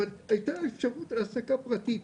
אבל הייתה אפשרות להעסקה פרטית.